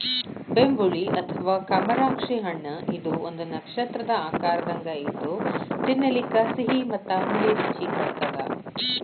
ಬೆಂಬುಳಿ ಅಥವಾ ಕಮರಾಕ್ಷಿ ಹಣ್ಣಇದು ಒಂದು ನಕ್ಷತ್ರದ ಆಕಾರದಂಗ ಇದ್ದು ತಿನ್ನಲಿಕ ಸಿಹಿ ಮತ್ತ ಹುಳಿ ರುಚಿ ಕೊಡತ್ತದ